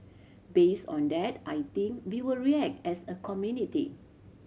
based on that I think we will react as a community